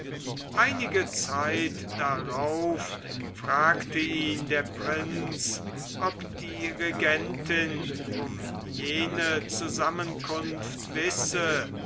einige zeit darauf fragte ihn der prinz ob die regentin um jene zusammenkunft wisse